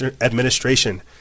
administration